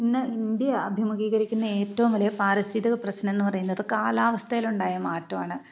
ഇന്ന് ഇന്ത്യ അഭിമുഖീകരിക്കുന്ന ഏറ്റവും വലിയ പാരിസ്ഥിതിക പ്രശ്നം എന്നു പറയുന്നത് കാലാവസ്ഥയിലുണ്ടായ മാറ്റമാണ്